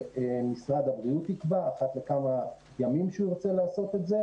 שמשרד הבריאות יקבע אחת לכמה ימים שהוא רוצה לעשות את הבדיקות.